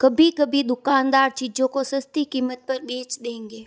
कभी कभी दुकानदार चीज़ों को सस्ती कीमत पर बेच देंगे